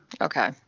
Okay